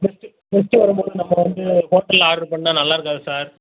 guest guest வரும் போது நம்ம வந்து ஹோட்டலில் ஆட்ரு பண்ணால் நல்லாயிருக்காது சார்